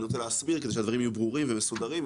ואני רוצה להסביר כדי שהדברים יהיו ברורים ומסודרים,